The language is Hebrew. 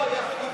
להתנגד.